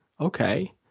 okay